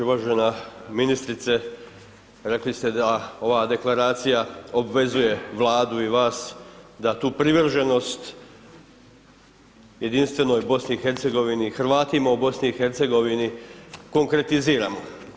Uvažena ministrice, rekli ste da ova Deklaracija obvezuje Vladu i vas da tu privrženost jedinstvenoj BiH, Hrvatima u BiH konkretiziramo.